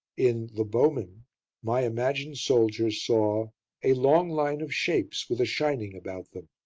in the bowmen my imagined soldier saw a long line of shapes, with a shining about them.